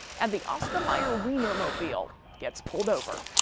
and the oscar meyer wienermobile gets pulled over.